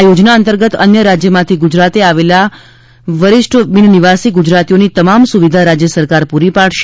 આ યોજના અંતર્ગત અન્ય રાજ્ય માંથી ગુજરાત મુલાકાતે આવતાં વરિષ્ઠ બિન નિવાસી ગુજરાતીઓની તમામ સુવિધા રાજ્ય સરકાર પૂરી પાડશે